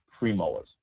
premolars